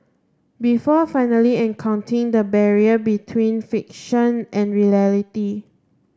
before finally the barrier between fiction and reality